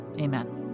Amen